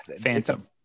Phantom